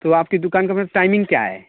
تو آپ کی دکان کا م ٹائمنگ کیا ہے